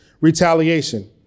retaliation